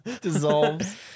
Dissolves